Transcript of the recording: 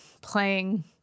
playing